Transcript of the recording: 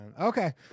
okay